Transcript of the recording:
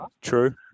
True